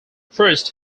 first